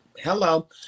Hello